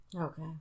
Okay